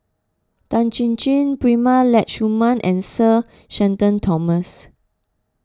Tan Chin Chin Prema Letchumanan and Sir Shenton Thomas